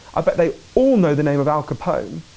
i bet they all know the name of al capone.